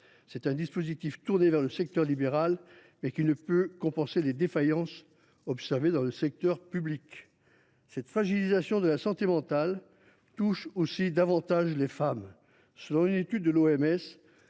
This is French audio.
Ce dispositif, tourné vers le secteur libéral, ne saurait compenser les défaillances observées dans le secteur public. La fragilisation de la santé mentale touche davantage les femmes. Selon une étude de l’OMS,